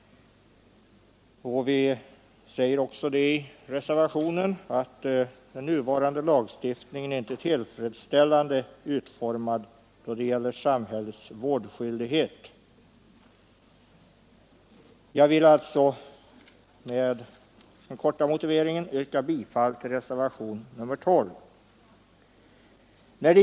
I reservationen säger vi också att den nuvarande lagstiftningen inte är tillfredsställande utformad då det gäller samhällets vårdskyldighet. Med denna motivering vill jag alltså yrka bifall till reservationen 12.